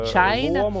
China